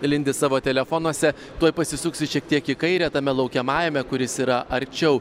lindi savo telefonuose tuoj pasisuksiu šiek tiek į kairę tame laukiamajame kuris yra arčiau